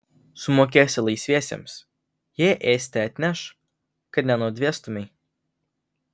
sumokėsi laisviesiems jie ėsti atneš kad nenudvėstumei